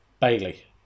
Bailey